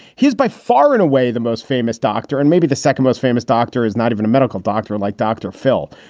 he's by far and away the most famous doctor and maybe the second most famous doctor is not even a medical doctor like dr. phil.